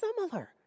similar